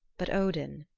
but odin,